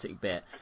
bit